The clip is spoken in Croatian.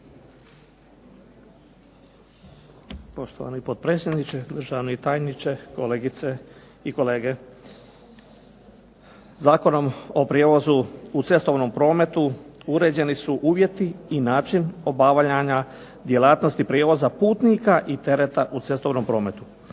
Poštovani potpredsjedniče, državni tajniče, kolegice i kolege. Zakonom o prijevozu u cestovnom prometu uređeni su uvjeti i način obavljanja djelatnosti prijevoza putnika i tereta u cestovnom prometu.